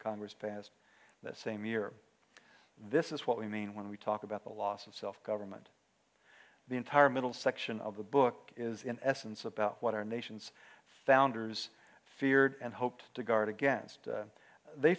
congress passed the same year this is what we mean when we talk about the loss of self government the entire middle section of the book is in essence about what our nation's founders feared and hoped to guard against they